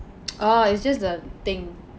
oh it's just the thing